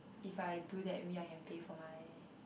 if I do that maybe I can pay for my